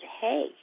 hey